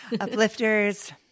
Uplifters